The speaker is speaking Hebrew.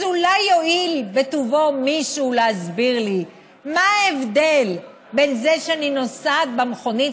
אז אולי יואיל בטובו מישהו להסביר לי מה ההבדל בין זה שאני נוסעת במכונית